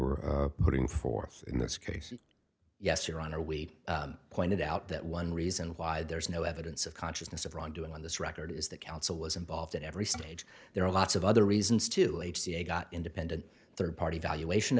were putting forth in this case yes your honor we pointed out that one reason why there's no evidence of consciousness of wrongdoing on this record is that counsel was involved in every stage there are lots of other reasons to got independent third party valuation